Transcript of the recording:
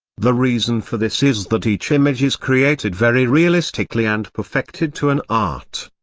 the reason for this is that each image is created very realistically and perfected to an art.